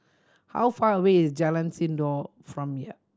how far away is Jalan Sindor from here